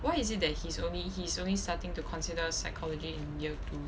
why is it that he's only he's only starting to consider psychology in year two